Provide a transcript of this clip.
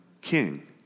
King